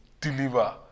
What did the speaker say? deliver